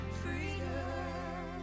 freedom